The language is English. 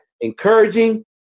Encouraging